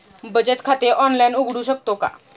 बचत खाते ऑनलाइन उघडू शकतो का?